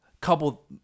couple